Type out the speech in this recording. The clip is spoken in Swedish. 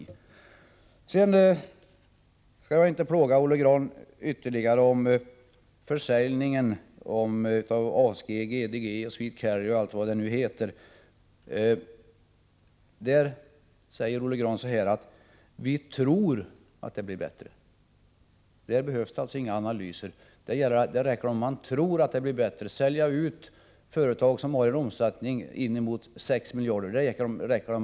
Jag skall inte plåga Olle Grahn ytterligare när det gäller försäljningen av ASG, GDG Biltrafik, Swedcarrier, osv. Beträffande detta säger Olle Grahn att man tror att det blir bättre om man säljer dessa företag. Det behövs alltså inga analyser. Det räcker om man tror att det blir bättre om man säljer ut företag som har en omsättning på inemot 6 miljarder.